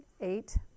eight